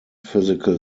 physical